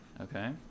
okay